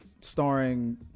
starring